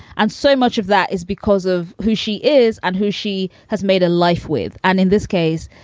and so much of that is because of who she is and who she has made a life with. and in this case,